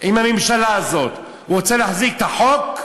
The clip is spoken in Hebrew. עם הממשלה הזאת, הוא רוצה להחזיק את החוק?